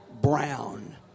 Brown